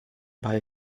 ball